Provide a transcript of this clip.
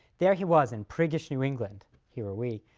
there he was, in priggish new england here are we!